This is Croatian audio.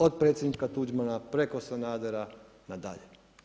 Od predsjednika Tuđmana, preko Sanadera na dalje.